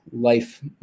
life